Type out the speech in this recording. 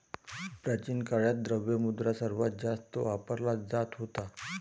प्राचीन काळात, द्रव्य मुद्रा सर्वात जास्त वापरला जात होता